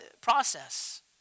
process